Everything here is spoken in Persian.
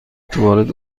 توالت